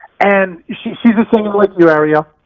and she's she's a singer like you ariel.